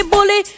Bully